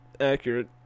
accurate